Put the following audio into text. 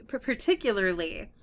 particularly